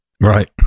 Right